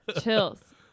Chills